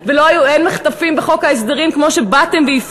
פה ולא סופרו ושקיפות לא הייתה.